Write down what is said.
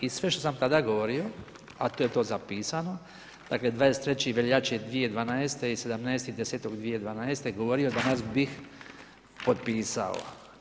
I sve što sam tada govorio, a to je to zapisano, dakle, 23. veljače 2012. i 2017. i 10. 2012. govorio, danas bih potpisao.